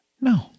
No